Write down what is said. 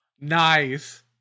Nice